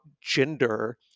gender